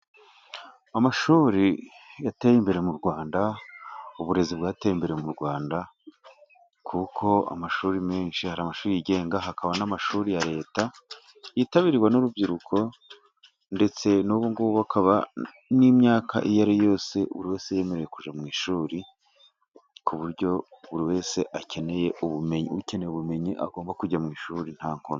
Amashuri yateye imbere mu Rwanda, uburezi bwateye imbere mu Rwanda, kuko hari amashuri menshi hari amashuri yigenga hakaba n'amashuri ya leta, yitabirwa n'urubyiruko, ndetse n'ubu ngubu hakaba n'imyaka iyo ariyo yose buri wese yemerewe kujya mu ishuri, ku buryo buri wese ukeneye ubumenyi agomba kujya mu ishuri nta nkomyi.